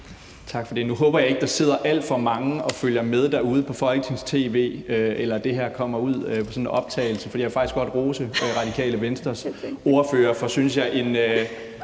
Tak for det. Nu håber jeg ikke, at der sidder alt for mange og følger med derude på Folketings-tv, eller at det her kommer ud på en optagelse, for jeg vil faktisk godt rose Radikale Venstres ordfører for, synes jeg – det